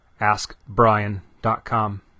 askbrian.com